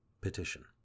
Petition